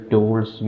Tools